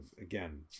again